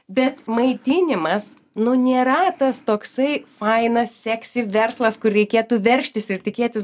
bet maitinimas nu nėra tas toksai fainas seksi verslas kur reikėtų veržtis ir tikėtis